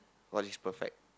what is perfect